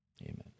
Amen